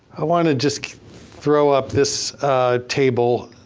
i wanna just throw up this table.